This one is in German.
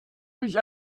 durch